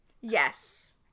Yes